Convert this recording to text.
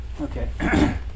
Okay